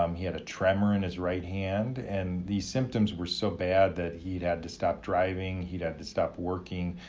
um he had a tremor in his right hand and these symptoms were so bad that he had to stop driving, he'd had to stop working,